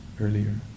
earlier